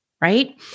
right